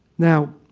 now,